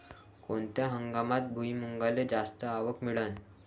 कोनत्या हंगामात भुईमुंगाले जास्त आवक मिळन?